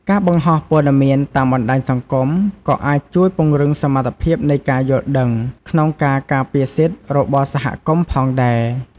ការបង្ហោះព័ត៌មានតាមបណ្តាញសង្គមក៏អាចជួយពង្រឹងសមត្ថភាពនៃការយល់ដឹងក្នុងការការពារសិទ្ធិរបស់សហគមន៍ផងដែរ។